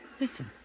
Listen